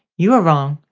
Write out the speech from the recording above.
you are wrong.